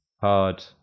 hard